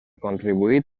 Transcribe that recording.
contribuït